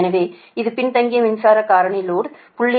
எனவே இது பின்தங்கிய மின்சார காரணி லோடு 0